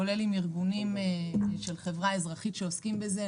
כולל היעזרות בארגונים של חברה אזרחית שעוסקים בזה.